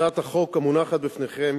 הצעת החוק המונחת בפניכם